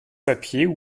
papier